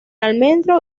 almendro